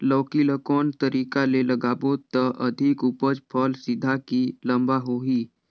लौकी ल कौन तरीका ले लगाबो त अधिक उपज फल सीधा की लम्बा होही?